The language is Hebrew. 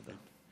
תודה.